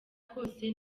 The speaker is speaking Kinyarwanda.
kose